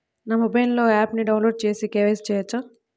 నా మొబైల్లో ఆప్ను డౌన్లోడ్ చేసి కే.వై.సి చేయచ్చా?